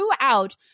throughout